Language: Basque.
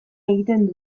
egiten